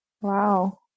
Wow